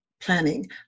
planning